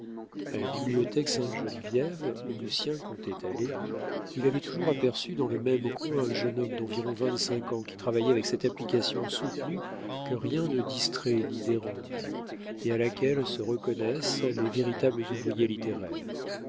a la bibliothèque sainte-geneviève où lucien comptait aller il avait toujours aperçu dans le même coin un jeune homme d'environ vingt-cinq ans qui travaillait avec cette application soutenue que rien ne distrait ni dérange et à laquelle se reconnaissent les véritables ouvriers littéraires